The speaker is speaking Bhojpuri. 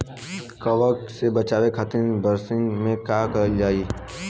कवक से बचावे खातिन बरसीन मे का करल जाई?